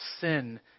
sin